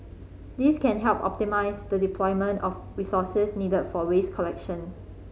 this can help optimise the deployment of resources needed for waste collection